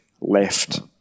left